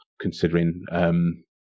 considering